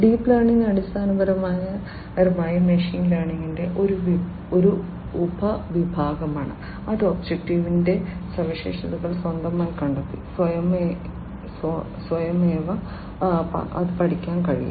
deep learning അടിസ്ഥാനപരമായി machine ലേണിംഗിന്റെ ഒരു ഉപവിഭാഗമാണ് അത് ഒബ്ജക്റ്റിന്റെ സവിശേഷതകൾ സ്വന്തമായി കണ്ടെത്തി സ്വയമേവ പഠിക്കാൻ കഴിയും